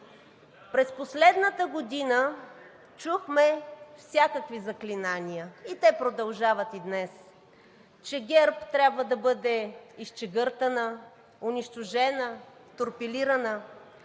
През последната година чухме всякакви заклинания и те продължават и днес – че ГЕРБ трябва да бъде изчегъртана, унищожена, торпилирана.